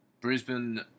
Brisbane